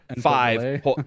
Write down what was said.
five